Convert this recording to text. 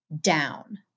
down